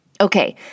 Okay